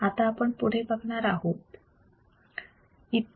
आता आपण पुढे काय बघणार आहोत